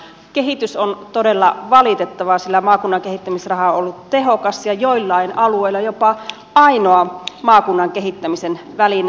kehitys on todella valitettavaa sillä maakunnan kehittämisraha on ollut tehokas ja joillain alueilla jopa ainoa maakunnan kehittämisen väline